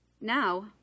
Now